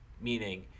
meaning